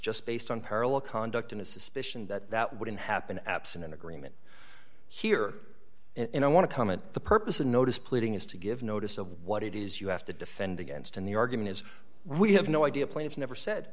just based on parallel conduct in a suspicion that that wouldn't happen absent an agreement here and i want to comment the purpose of notice pleading is to give notice of what it is you have to defend against and the argument is we have no idea plaintiff never said